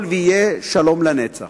יכול שיהיה שלום לנצח.